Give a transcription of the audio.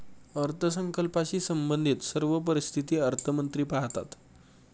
अर्थसंकल्पाशी संबंधित सर्व परिस्थिती अर्थमंत्री पाहतात